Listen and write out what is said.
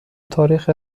تاریخ